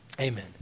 amen